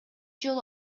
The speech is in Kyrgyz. жолу